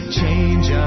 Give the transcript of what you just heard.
change